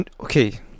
okay